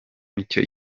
icyo